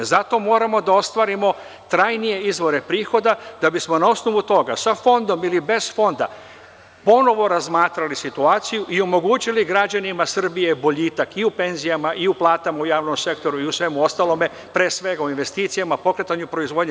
Zato moramo da ostvarimo trajnije izvore prihoda da bismo na osnovu toga sa Fondom ili bez Fonda ponovo razmatrali situaciju i omogućili građanima Srbije boljitak i u penzijama i u platama u javnom sektoru i u svemu ostalom, pre svega u investicijama, pokretanju proizvodnje.